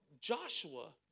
Joshua